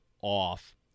off